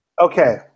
Okay